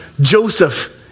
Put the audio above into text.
Joseph